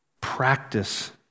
practice